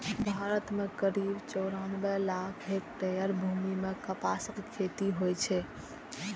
भारत मे करीब चौरानबे लाख हेक्टेयर भूमि मे कपासक खेती होइ छै